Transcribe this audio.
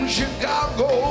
Chicago